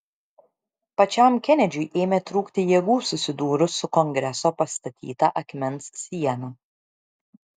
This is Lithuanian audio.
pačiam kenedžiui ėmė trūkti jėgų susidūrus su kongreso pastatyta akmens siena